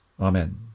Amen